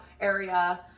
area